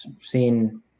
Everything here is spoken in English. seen